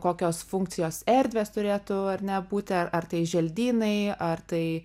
kokios funkcijos erdvės turėtų ar ne būti ar ar tai želdynai ar tai